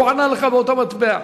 הוא ענה לך באותו מטבע.